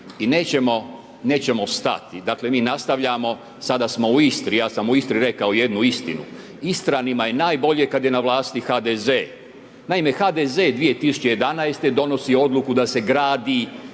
i nećemo stati. Dakle mi nastavljamo, sada smo u Istri, ja sam u Istri rekao jednu istinu, Istranima je najbolje kad je na vlasti HDZ. Naime HDZ 2011. donosi odluku da se gradi